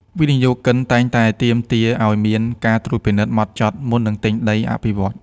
វិនិយោគិនតែងតែទាមទារឱ្យមាន "ការត្រួតពិនិត្យហ្មត់ចត់" មុននឹងទិញដីអភិវឌ្ឍន៍។